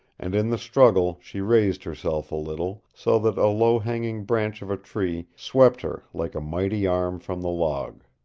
and in the struggle she raised herself a little, so that a low-hanging branch of a tree swept her like a mighty arm from the log.